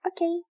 Okay